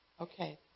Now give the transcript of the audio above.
Okay